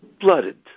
blooded